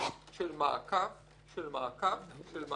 של מעקף של מעקף של מעקף.